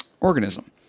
organism